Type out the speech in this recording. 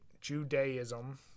judaism